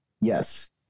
yes